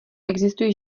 existují